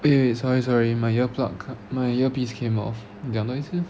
wait wait sorry sorry my ear plug my earpiece came off they're nice meh